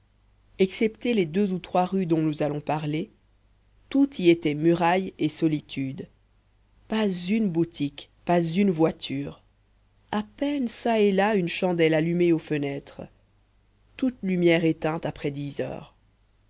excepté les deux ou trois rues dont nous allons parler tout y était muraille et solitude pas une boutique pas une voiture à peine çà et là une chandelle allumée aux fenêtres toute lumière éteinte après dix heures